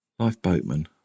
Lifeboatman